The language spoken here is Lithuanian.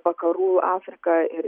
vakarų afriką ir